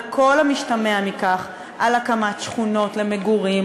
על כל המשתמע מכך: על הקמת שכונות למגורים,